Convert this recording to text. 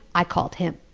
i called him.